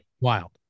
wild